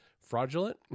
fraudulent